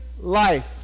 life